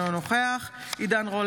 אינו נוכח עידן רול,